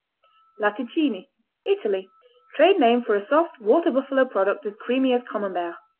latticini italy trade name for a soft, water-buffalo product as creamy as camembert.